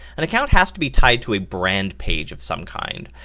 an account has to be tied to a brand page of some kind.